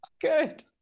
Good